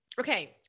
okay